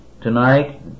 Tonight